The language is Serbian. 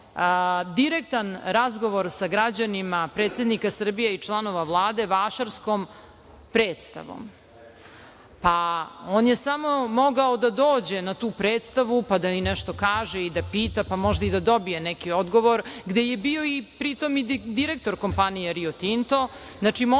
direktan razgovor sa građanima predsednika Srbije i članova Vlade vašarskom predstavom. On je samo mogao da dođe na tu predstavu, pa da i nešto kaže i da pita, pa možda i da dobije neki odgovor, gde je bio pri tom i direktor kompanije Rio Tinto,